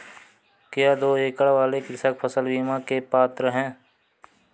क्या दो एकड़ वाले कृषक फसल बीमा के पात्र हैं?